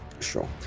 Sure